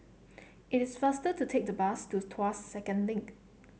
it is faster to take the bus to Tuas Second Link